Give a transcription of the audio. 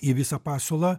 į visą pasiūlą